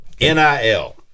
NIL